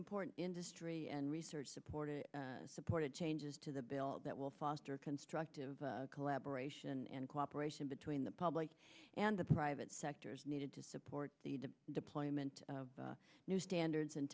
important industry and research supported supported changes to the bill that will foster constructive collaboration and cooperation between the public and the private sector is needed to support the deployment of new standards and